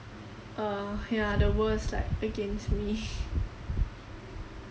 uh yeah the world is like against me